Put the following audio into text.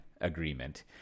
Agreement